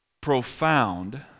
profound